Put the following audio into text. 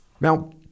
Now